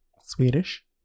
Swedish